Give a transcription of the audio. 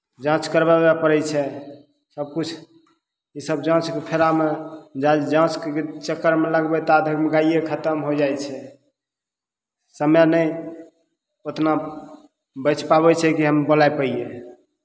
जाँच करबाबे पड़ै छै सबकिछु ईसब जाँचके फेरामे जाजे जाँचके चक्करमे लगबै ता धरिमे गाइए खतम होइ जाइ छै समय नहि ओतना बचि पाबै छै कि हम बोलै पइए